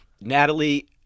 Natalie